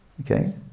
Okay